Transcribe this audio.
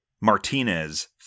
Martinez